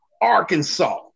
Arkansas